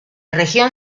región